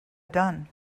done